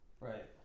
right